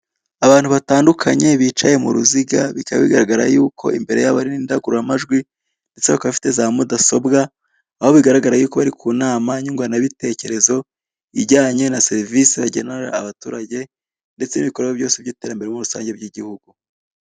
Abantu batandukanye bicaye mu ruziga bikaba bigaragara yuko imbere yabo hari ingangururamajwi ndetse bakaba bafite za mudasobwa aho bigaragara yuko bari ku nama nyunguranabitekerezo ijyanye na serivise bagenera abaturage ndetse n'ibikorwa byose by'iterambere muri rusange by'igihugu.